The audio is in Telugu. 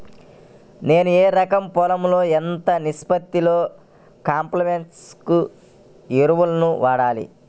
నేను ఎకరం పొలంలో ఎంత నిష్పత్తిలో కాంప్లెక్స్ ఎరువులను వాడాలి?